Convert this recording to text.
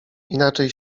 inaczej